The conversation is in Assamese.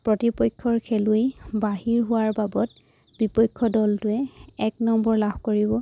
প্ৰতিপক্ষৰ খেলুৱৈ বাহিৰ হোৱাৰ বাবত বিপক্ষ দলটোৱে এক নম্বৰ লাভ কৰিব